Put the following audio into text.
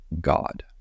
God